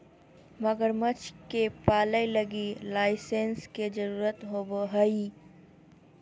मगरमच्छ के पालय लगी लाइसेंस के जरुरत होवो हइ